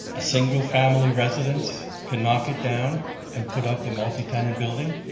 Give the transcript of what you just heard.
a single-family residence could knock it down and put up a multi-tenant building?